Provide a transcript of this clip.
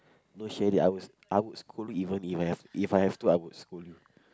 no sharing I would I would scold even even if I have to I would scold you